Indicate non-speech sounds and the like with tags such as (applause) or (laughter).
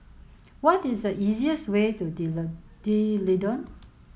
what is the easiest way to (unintelligible) D'Leedon